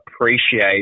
appreciate